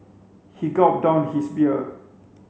he gulped down his beer